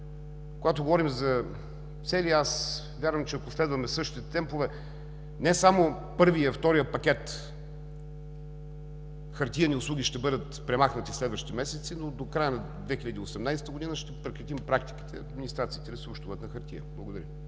Когато говорим за цели, аз вярвам, че ако следваме същите темпове, не само първият и вторият пакет хартиени услуги ще бъдат премахнати в следващите месеци, но до края на 2018 г. ще прекратим практиките администрациите да си общуват на хартия. Благодаря